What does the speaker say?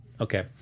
Okay